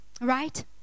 right